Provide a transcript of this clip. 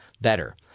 better